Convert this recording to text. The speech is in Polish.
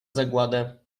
zagładę